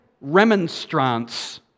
remonstrance